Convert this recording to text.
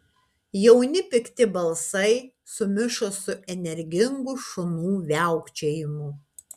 jauni pikti balsai sumišo su energingu šunų viaukčiojimu